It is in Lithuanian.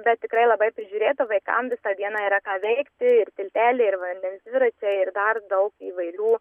bet tikrai labai prižiūrėta vaikam visą dieną yra ką veikti ir tilteliai ir vandens dviračiai ir dar daug įvairių